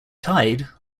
tide